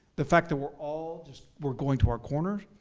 the fact that we're all just, we're going to our corners.